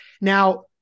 Now